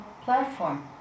platform